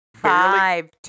five